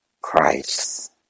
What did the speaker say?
Christ